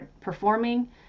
performing